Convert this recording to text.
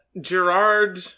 Gerard